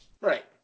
Right